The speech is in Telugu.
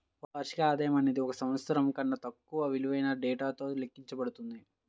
వార్షిక ఆదాయం అనేది ఒక సంవత్సరం కన్నా తక్కువ విలువైన డేటాతో లెక్కించబడుతుంది